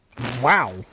Wow